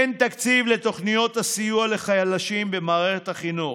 אין תקציב לתוכניות הסיוע לחלשים במערכת החינוך,